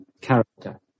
character